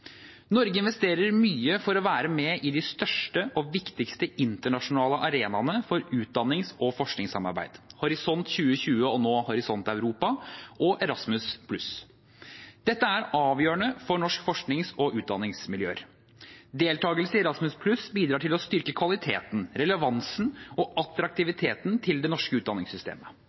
Norge investerer mye for å være med i de største og viktigste internasjonale arenaene for utdannings- og forskningssamarbeid: Horisont 2020, nå Horisont Europa, og Erasmus+. Dette er avgjørende for norske forsknings- og utdanningsmiljøer. Deltakelse i Erasmus+ bidrar til å styrke kvaliteten, relevansen og attraktiviteten til det norske utdanningssystemet.